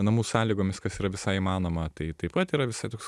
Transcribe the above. namų sąlygomis kas yra visai įmanoma tai taip pat yra visai toks